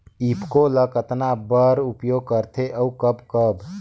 ईफको ल कतना बर उपयोग करथे और कब कब?